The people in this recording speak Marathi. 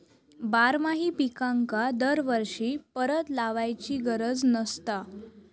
बारमाही पिकांका दरवर्षी परत लावायची गरज नसता